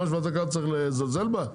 בגלל שזה ועדת הכללה, צריך לזלזל בה?